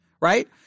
right